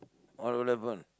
or eleven